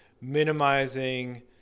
minimizing